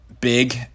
Big